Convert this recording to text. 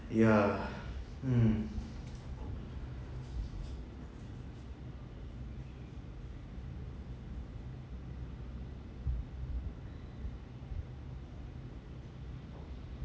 yeah mm